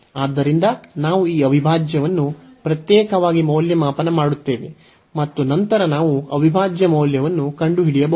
ಆದ್ದರಿಂದ ನಾವು ಈ ಅವಿಭಾಜ್ಯವನ್ನು ಪ್ರತ್ಯೇಕವಾಗಿ ಮೌಲ್ಯಮಾಪನ ಮಾಡುತ್ತೇವೆ ಮತ್ತು ನಂತರ ನಾವು ಅವಿಭಾಜ್ಯ ಮೌಲ್ಯವನ್ನು ಕಂಡುಹಿಡಿಯಬಹುದು